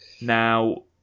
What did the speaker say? Now